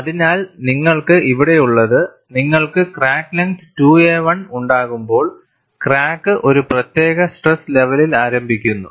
അതിനാൽ നിങ്ങൾക്ക് ഇവിടെയുള്ളത് നിങ്ങൾക്ക് ക്രാക്ക് ലെങ്ത് 2a1 ഉണ്ടാകുമ്പോൾക്രാക്ക് ഒരു പ്രത്യേക സ്ട്രെസ് ലെവലിൽ ആരംഭിക്കുന്നു